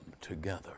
together